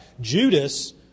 Judas